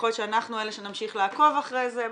יכול להיות שאנחנו אלה שנמשיך לעקוב אחרי זה.